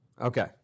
Okay